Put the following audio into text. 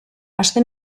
aste